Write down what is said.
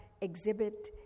exhibit